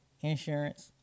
insurance